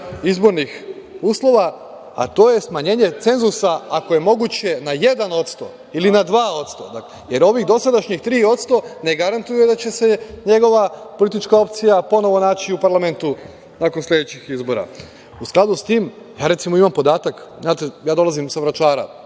izbornih uslova, a to je smanjenje cenzusa ako je moguće na 1% ili na 2%, jer ovih dosadašnjih 3% ne garantuje da će se njegova politička opcija ponovo naći u parlamentu nakon sledećih izbora.U skladu sa tim, ja recimo imam podatak, znate, ja dolazim sa Vračara